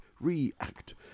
REACT